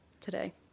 today